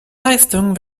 leistung